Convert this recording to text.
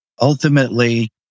ultimately